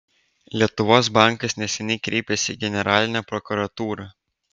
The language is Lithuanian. lietuvos bankas neseniai kreipėsi į generalinę prokuratūrą